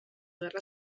guerra